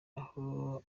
aho